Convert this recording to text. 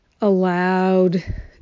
allowed